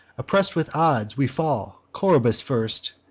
oppress'd with odds, we fall coroebus first,